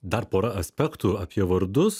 dar pora aspektų apie vardus